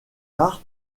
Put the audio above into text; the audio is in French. rares